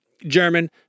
german